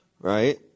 right